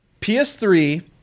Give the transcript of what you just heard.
PS3